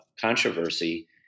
controversy